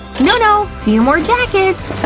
no, no, few more jackets!